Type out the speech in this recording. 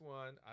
one